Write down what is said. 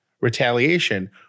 retaliation